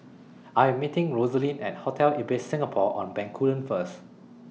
I Am meeting Rosaline At Hotel Ibis Singapore on Bencoolen First